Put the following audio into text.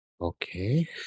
Okay